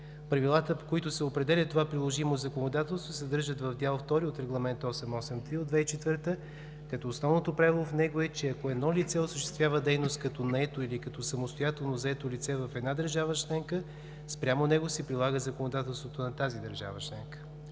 Правилата, по които се определя това приложимо законодателство, се съдържат в Дял втори от Регламет 883 от 2004 г., като основното правило в него е, че ако едно лице осъществява дейност като наето или като самостоятелно заето лице в една държава членка, спрямо него се прилага законодателството на тази държава членка.